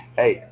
hey